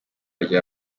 rya